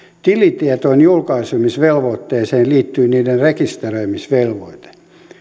tilitietojen julkaisemisvelvoitteeseen liittyy niiden rekisteröimisvelvoite